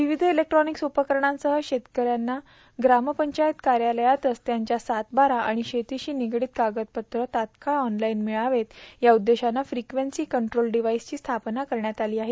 विविष इलेक्ट्रॉनिक्स उपकरणांसह शेतकऱ्यांना ग्रामपंचायत कार्यालयातच त्यांव्या सातबारा आणि शेतीशी निगडीत कागदपत्रे तात्काळ ओनलाईन मिळवेत या उद्देशान फ्रिक्वेन्सी कंट्रोल डिव्वाइसची स्थापना करण्यात आली आहे